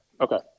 okay